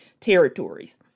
territories